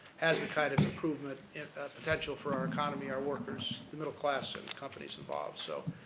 has the kind of improvement potential for our economy, our workers, the middle class companies involved. so,